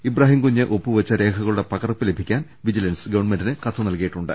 ഇബ്രാഹിംകുഞ്ഞ് ഒപ്പുവെച്ച രേഖകളുടെ പകർപ്പ് ലഭിക്കാൻ വിജിലൻസ് ഗവൺമെന്റിന് കത്ത് നൽകിയി ട്ടുണ്ട്